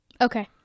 Okay